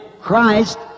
Christ